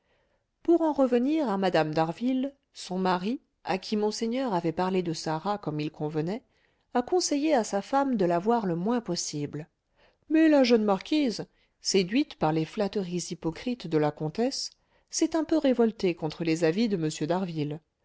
pour en revenir à mme d'harville son mari à qui monseigneur avait parlé de sarah comme il convenait a conseillé à sa femme de la voir le moins possible mais la jeune marquise séduite par les flatteries hypocrites de la comtesse s'est un peu révoltée contre les avis de